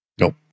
Nope